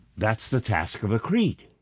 that's the task of a creed